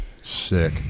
Sick